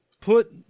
put